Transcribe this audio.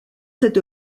cette